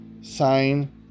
sign